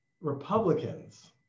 Republicans